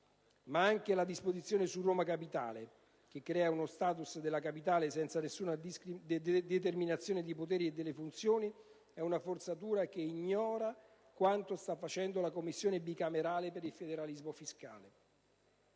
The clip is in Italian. Ma anche la disposizione su Roma capitale, che crea uno *status* della capitale senza nessuna determinazione dei poteri e delle funzioni, è una forzatura che ignora quanto sta facendo la Commissione bicamerale per il federalismo fiscale.